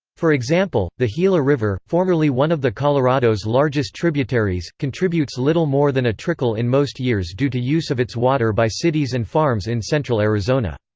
for example, the gila river formerly one of the colorado's largest tributaries contributes little more than a trickle in most years due to use of its water by cities and farms in central arizona.